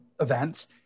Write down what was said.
events